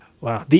Wow